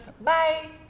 Bye